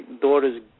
daughters